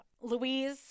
Louise